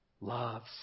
loves